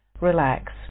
relax